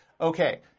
Okay